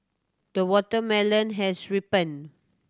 the watermelon has ripened